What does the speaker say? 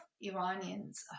Iranians